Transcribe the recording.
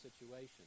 situation